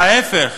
להפך,